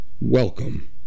welcome